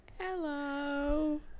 Hello